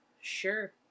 Sure